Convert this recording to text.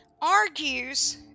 argues